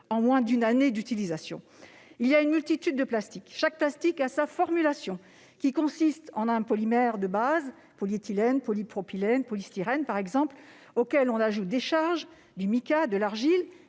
en moins d'une année d'utilisation. Il y a une multitude de plastiques. Chacun d'entre eux a sa formulation, qui consiste en un polymère de base- polyéthylène, polypropylène, polystyrène, par exemple -auquel on a ajouté des charges- du mica, ou encore